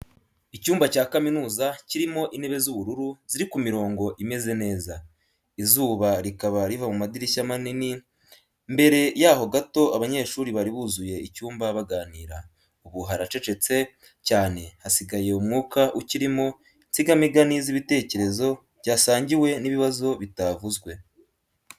Icyumba cya kaminuza kirimo intebe z’ubururu ziri ku mirongo imeze neza, izuba rikaba riva mu madirishya manini, mbere yaho gato abanyeshuri bari buzuye icyumba baganira, ubu haracecetse cyane, hasigaye umwuka ukirimo insigamigani z’ibitekerezo byasangiwe n’ibibazo bitavuzwe.